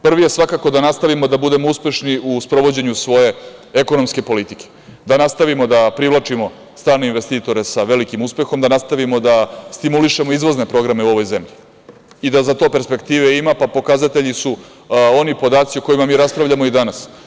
Prvi je svakako da nastavimo da budemo uspešni u sprovođenju svoje ekonomske politike, da nastavimo da privlačimo strane investitore sa velikim uspehom, da nastavimo da stimulišemo izvozne programe u ovoj zemlji i da za to perspektive ima pokazatelji su oni podaci o kojima mi raspravljamo i danas.